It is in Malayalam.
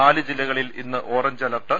നാല് ജില്ലകളിൽ ഇന്ന് ഓറഞ്ച് അലർട്ട്